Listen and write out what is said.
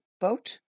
boat